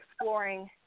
exploring